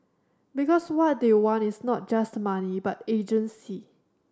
because what they want is not just money but agency